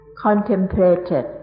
contemplated